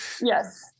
Yes